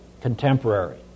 contemporary